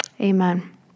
Amen